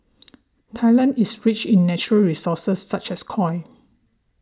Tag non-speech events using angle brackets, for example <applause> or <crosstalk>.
<noise> Thailand is rich in natural resources such as coal